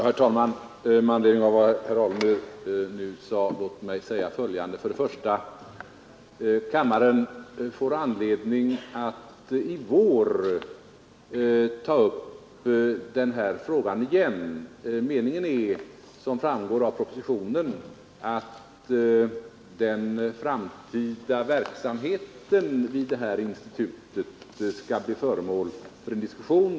Herr talman! Med anledning av vad herr Alemyr nu sade vill jag säga följande. Riksdagen får anledning att i vår ta upp den här frågan igen. Meningen är, som framgår av propositionen, att den framtida verksamheten vid detta institut skall bli föremål för en diskussion.